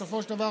בסופו של דבר,